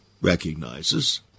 recognizes